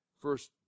first